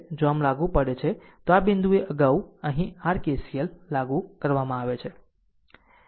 આમ જો લાગુ પડે છે તો આ બિંદુએ અગાઉ અહીં r KCL લાગુ કરવામાં આવે છે